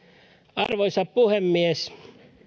arvoisa puhemies